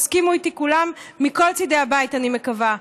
תסכימו איתי כולם, מכל צידי הבית, אני מקווה.